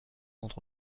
rendre